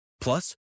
Plus